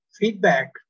feedback